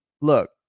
Look